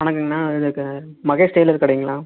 வணக்கங்கண்ணா இதற்கு மகேஷ் டெய்லர் கடைங்களா